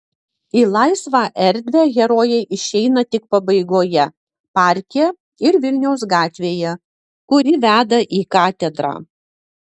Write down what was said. į laisvą erdvę herojai išeina tik pabaigoje parke ir vilniaus gatvėje kuri veda į katedrą